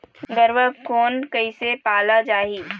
गरवा कोन कइसे पाला जाही?